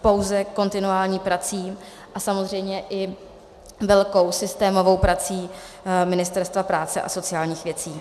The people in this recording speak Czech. Pouze kontinuální prací a samozřejmě i velkou systémovou prací Ministerstva práce a sociálních věcí.